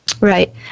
Right